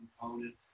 component